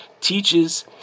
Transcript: teaches